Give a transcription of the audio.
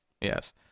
Yes